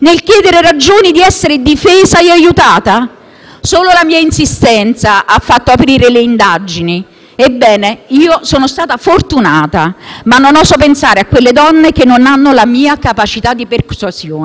Solo la mia insistenza ha fatto aprire le indagini. Ebbene, io sono stata fortunata ma non oso pensare a quelle donne che non hanno la mia capacità di persuasione.